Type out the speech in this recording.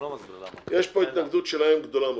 יש פה התנגדות שלהם, גדולה מאוד.